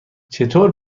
چطور